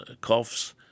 coughs